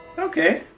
okay,